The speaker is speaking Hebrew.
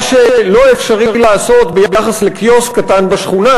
מה שלא אפשרי ביחס לקיוסק קטן בשכונה,